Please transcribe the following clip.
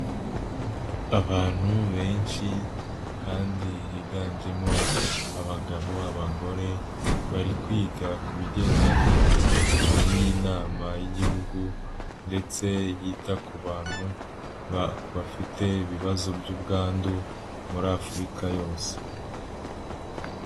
Abantu benshi kandi higanjemo abagabo, abagore bari kwiga ku bigendanye n'inama y'igihugu ndetse yita ku bantu bafite ibibazo by'ubwandu muri Afurika yose.